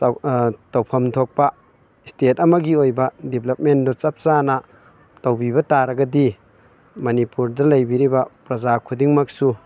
ꯇꯧꯐꯝ ꯊꯣꯛꯄ ꯏꯁꯇꯦꯠ ꯑꯃꯒꯤ ꯑꯣꯏꯕ ꯗꯤꯕꯂꯞꯃꯦꯟꯗꯨ ꯆꯞ ꯆꯥꯅ ꯇꯧꯕꯤꯕ ꯇꯥꯔꯒꯗꯤ ꯃꯅꯤꯄꯨꯔꯗ ꯂꯩꯕꯤꯔꯤꯕ ꯄ꯭ꯔꯖꯥ ꯈꯨꯗꯤꯡꯃꯛꯁꯨ